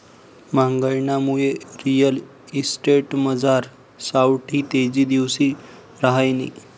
म्हागाईनामुये रिअल इस्टेटमझार सावठी तेजी दिवशी रहायनी